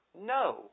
No